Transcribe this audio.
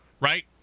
right